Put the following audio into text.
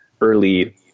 early